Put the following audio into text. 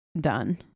done